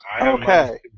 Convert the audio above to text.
Okay